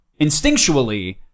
instinctually